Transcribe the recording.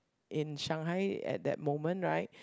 in Shanghai at that moment right